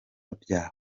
bya